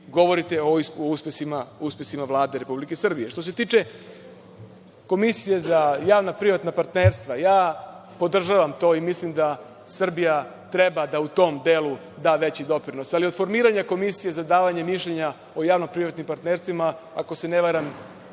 govorite o uspesima Vlade Republike Srbije. Što se tiče Komisije za javno-privatna partnerstva, podržavam to i mislim da Srbija treba da u tom delu da veći doprinos. Ali, od formiranja Komisije za davanje mišljenja o javno-privatnim partnerstvima, ako se ne varam